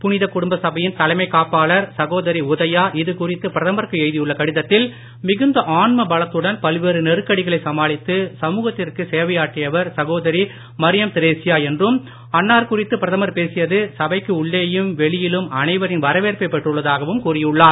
புனித குடும்ப சபையின் தலைமைக் காப்பாளர் சகோதரி உதயா இதுகுறித்து பிரதமருக்கு எழுதியுள்ள கடிதத்தில் மிகுந்த ஆன்ம பலத்துடன் பல்வேறு நெருக்கடிகளை சமாளித்து சமுகத்திற்கு சேவையாற்றியவர் சகோதரி மரியம் திரெசியா என்றும் அன்னார் குறித்துப் பிரதமர் பேசியது சபைக்கு உள்ளேயும் வெளியிலும் அனைவரின் வரவேற்பை பெற்றுள்ளதாகவும் கூறியுள்ளார்